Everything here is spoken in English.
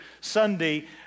Sunday